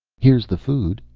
here's the food.